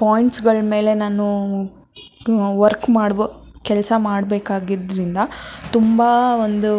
ಪೊಯಿಂಟ್ಸ್ಗಳ ಮೇಲೆ ನಾನು ವರ್ಕ್ ಮಾಡ್ಬ ಕೆಲಸ ಮಾಡ್ಬೇಕಾಗಿದ್ರಿಂದ ತುಂಬ ಒಂದು